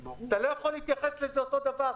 אתה לא יכול להתייחס לזה אותו הדבר.